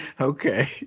Okay